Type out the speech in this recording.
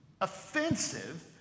offensive